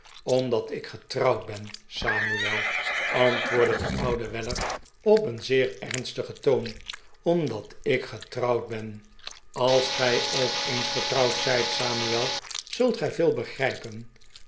omdat ik getrouwd ben samuel antwoordde de oude weller op een zeer ernstigen toon omdat ik getrouwd ben als gij ook eens getrouwd zijt samuel zult gij veel begrijpen